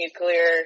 nuclear